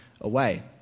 away